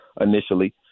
initially